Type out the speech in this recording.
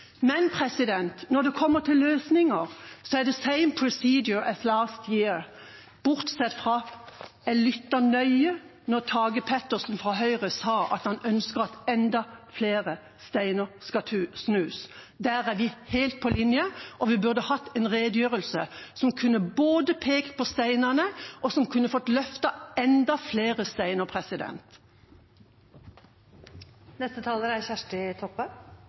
Men når det kommer til løsninger, er det «same procedure as last year», bortsett fra at jeg lyttet nøye da Tage Pettersen fra Høyre sa at han ønsker at enda flere steiner skal snus. Der er vi helt på linje, og vi burde hatt en redegjørelse som kunne både pekt på steinene og fått løftet enda flere steiner. Det er